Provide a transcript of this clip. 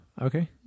Okay